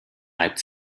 reibt